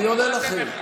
אני עונה לכם.